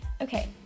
okay